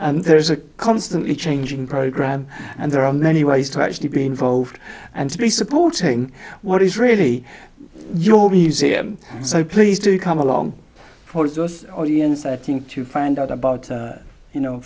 and there is a constantly changing program and there are many ways to actually be involved and to be supporting what is really your easy i'm so pleased to come along for those audience i think to find out about you know